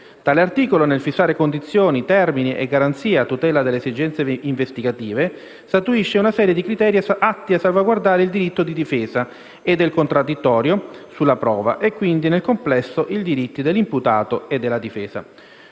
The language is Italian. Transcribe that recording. Tale articolo nel fissare condizioni, termini e garanzie a tutela delle esigenze investigative, statuisce una serie di criteri atti a salvaguardare il diritto di difesa e del contraddittorio sulla prova e, quindi, nel complesso, i diritti dell'imputato e della difesa.